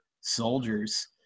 soldiers